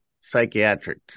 psychiatric